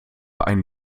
einen